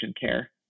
care